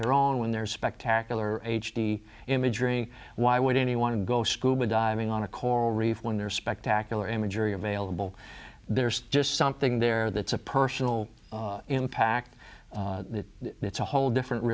their own when they're spectacular h d imagery why would anyone go scuba diving on a coral reef when there are spectacular imagery available there's just something there that's a personal impact it's a whole different